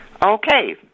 Okay